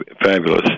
fabulous